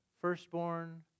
firstborn